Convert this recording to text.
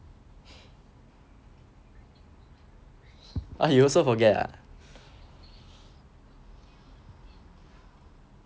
oh you also forget ah